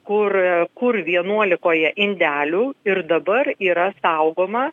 kur kur vienuolikoje indelių ir dabar yra saugoma